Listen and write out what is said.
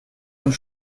und